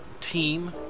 team